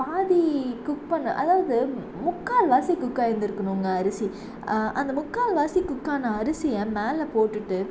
பாதி குக் பண்ண அதாவது முக்கால்வாசி குக்காகி இருந்திருக்கணுங்க அரிசி அந்த முக்கால்வாசி குக்கான அரிசியை மேலே போட்டுட்டு